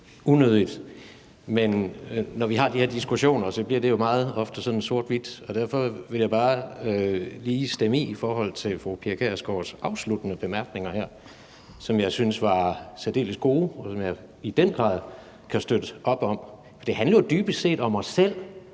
unødigt, men når vi har de her diskussioner, bliver det jo meget ofte sort-hvidt. Derfor ville jeg bare lige stemme i i forhold til fru Pia Kjærsgaards afsluttende bemærkninger, som jeg synes var særdeles gode, og som jeg i den grad kan støtte op om. Det handler jo dybest set om os selv.